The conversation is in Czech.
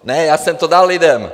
Ne, já jsem to dal lidem!